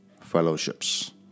Fellowships